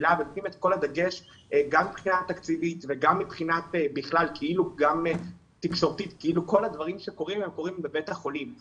הקהילה ושמים את כל הדגש מבחינה תקציבית ותקשורתית על בתי החולים.